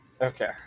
okay